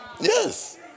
Yes